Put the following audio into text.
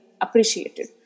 appreciated